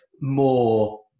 more